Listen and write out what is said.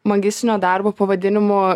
magistrinio darbo pavadinimu